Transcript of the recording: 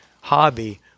hobby